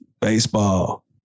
baseball